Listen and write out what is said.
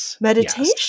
meditation